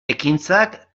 ekintzak